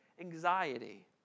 Anxiety